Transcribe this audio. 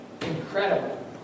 incredible